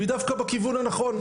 והיא דווקא בכיוון הנכון,